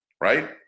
right